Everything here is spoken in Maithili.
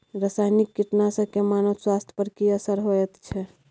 रसायनिक कीटनासक के मानव स्वास्थ्य पर की असर होयत छै?